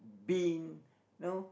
bin